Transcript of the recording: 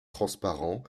transparent